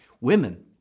Women